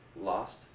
lost